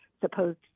supposed